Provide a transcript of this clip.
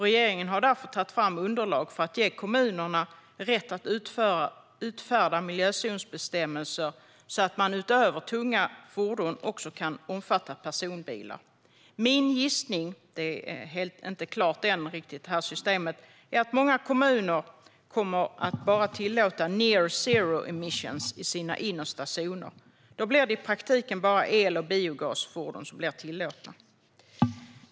Regeringen har därför tagit fram underlag för att ge kommunerna rätt att utfärda miljözonsbestämmelser så att de utöver tunga fordon kan omfatta personbilar. Systemet är inte riktigt klart än, men min gissning är att många kommuner kommer att tillåta endast near zero emissions i sina innersta zoner. Då blir det i praktiken enbart el och biogasfordon som kommer att tillåtas.